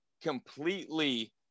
completely